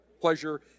pleasure